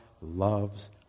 loves